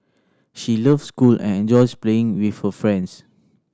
she loves school and enjoys playing with her friends